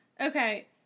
okay